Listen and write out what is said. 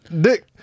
dick